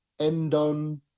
Endon